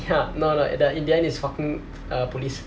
ya no no the indian is fucking a police